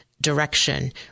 direction